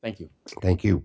thank you thank you